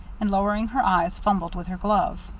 and lowering her eyes, fumbled with her glove.